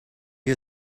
you